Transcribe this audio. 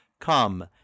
come